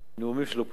נאומים של אופוזיציה.